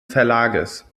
verlages